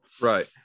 Right